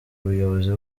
ubuyobozi